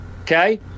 Okay